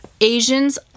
Asians